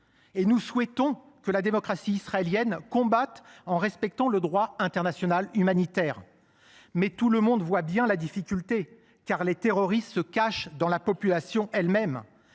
Nous souhaitons que la démocratie israélienne combatte en respectant le droit international humanitaire. Mais tout le monde voit bien la difficulté, car les terroristes se cachent au sein même